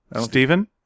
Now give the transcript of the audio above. Stephen